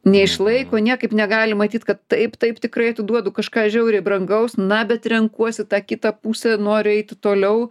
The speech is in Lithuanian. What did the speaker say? neišlaiko niekaip negali matyt kad taip taip tikrai atiduodu kažką žiauriai brangaus na bet renkuosi tą kitą pusę noriu eiti toliau